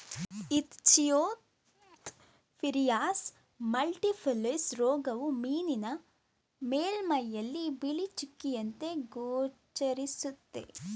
Ichthyophthirius multifiliis ರೋಗವು ಮೀನಿನ ಮೇಲ್ಮೈಯಲ್ಲಿ ಬಿಳಿ ಚುಕ್ಕೆಯಂತೆ ಗೋಚರಿಸುತ್ತೆ